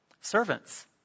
Servants